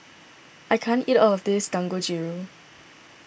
I can't eat all of this Dangojiru